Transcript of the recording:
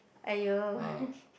!aiyo!